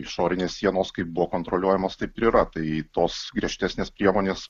išorinės sienos kaip buvo kontroliuojamos taip ir yra tai tos griežtesnės priemonės